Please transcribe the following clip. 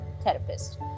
therapist